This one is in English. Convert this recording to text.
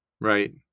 right